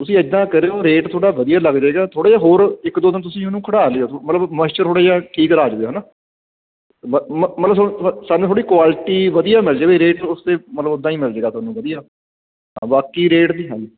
ਤੁਸੀਂ ਇੱਦਾਂ ਕਰਿਓ ਰੇਟ ਥੋੜ੍ਹਾ ਵਧੀਆਂ ਲੱਗਜੇਗਾ ਥੋੜ੍ਹਾ ਜਿਹਾ ਹੋਰ ਇਕ ਦੋ ਦਿਨ ਤੁਸੀਂ ਉਨੂੰ ਖੜ੍ਹਾ ਲਿਓ ਮਤਲਬ ਮੋਸ਼ਚਰ ਥੋੜ੍ਹਾ ਠੀਕ ਆ ਜਾਵੇ ਹੈ ਨਾ ਮਤਲਬ ਸਾਨੂੰ ਥੋੜ੍ਹੀ ਕੁਆਲਿਟੀ ਵਧੀਆ ਮਿਲਜੇ ਵੀ ਰੇਟ ਉਸਦੇ ਮਤਲਬ ਉਦਾਂ ਹੀ ਮਿਲਜੇਗਾ ਵਧੀਆ ਬਾਕੀ ਰੇਟ ਦੀ ਹਾਂਜੀ